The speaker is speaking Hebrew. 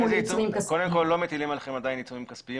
קודם כל, עדיין לא מטילים עליכם עיצומים כספיים.